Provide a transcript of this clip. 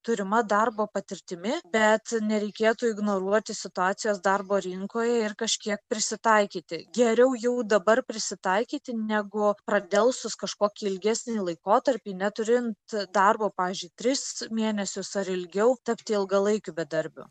turima darbo patirtimi bet nereikėtų ignoruoti situacijos darbo rinkoje ir kažkiek prisitaikyti geriau jau dabar prisitaikyti negu pradelsus kažkokį ilgesnį laikotarpį neturint darbo pavyzdžiui tris mėnesius ar ilgiau tapti ilgalaikiu bedarbiu